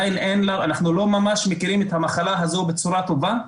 אנחנו לא ממש מכירים את המחלה הזו בצורה טובה,